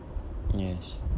yes